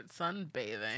sunbathing